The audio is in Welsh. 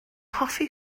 hoffi